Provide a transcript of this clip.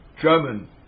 German